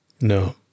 No